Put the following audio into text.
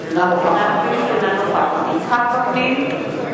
אינה נוכחת יצחק וקנין,